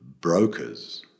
Brokers